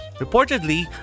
Reportedly